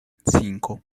cinco